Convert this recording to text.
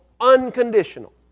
unconditional